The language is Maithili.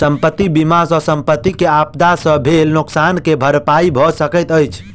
संपत्ति बीमा सॅ संपत्ति के आपदा से भेल नोकसान के भरपाई भअ सकैत अछि